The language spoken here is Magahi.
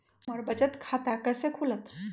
हमर बचत खाता कैसे खुलत?